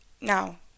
now